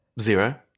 Zero